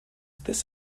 this